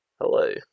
Hello